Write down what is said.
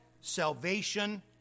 salvation